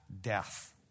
death